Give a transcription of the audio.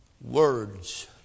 words